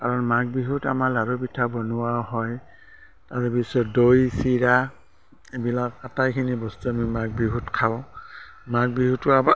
কাৰণ মাঘ বিহুত আমাৰ লাড়ু পিঠা বনোৱাও হয় তাৰপিছত দৈ চিৰা এইবিলাক আটাইখিনি বস্তু আমি মাঘ বিহুত খাওঁ মাঘ বিহুটো আমাৰ